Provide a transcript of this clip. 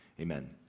Amen